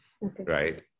right